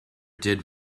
did